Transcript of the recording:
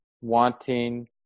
Wanting